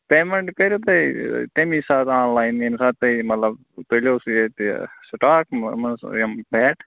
payment کٔرِو تُہۍ تٔمی ساتہٕ آن لایِن ییٚمہِ ساتہٕ تُہۍ مطلب تُلِو سُہ ییٚتہِ سِٹاک یِم بیٹ